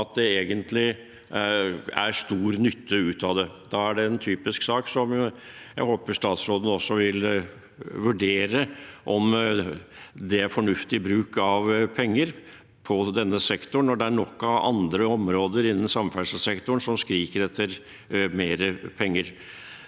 at det egentlig er stor nytte av det. Da er det typisk en sak der jeg håper statsråden vil vurdere om det er fornuftig bruk av penger på denne sektoren, når det er nok av andre områder innen samferdselssektoren som skriker etter mer penger.